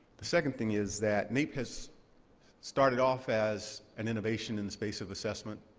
the second thing is that naep has started off as an innovation in the space of assessment,